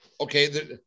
Okay